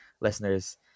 listeners